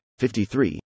53